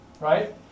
right